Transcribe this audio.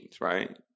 right